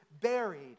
buried